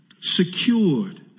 Secured